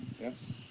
yes